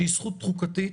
שהיא זכות חוקתית,